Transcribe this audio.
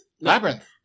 Labyrinth